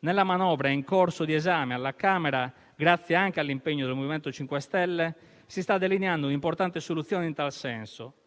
nella manovra in corso di esame alla Camera, grazie anche all'impegno del MoVimento 5 Stelle, si sta delineando un'importante soluzione in tal senso,